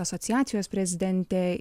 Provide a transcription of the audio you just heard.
asociacijos prezidentė